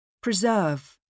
Preserve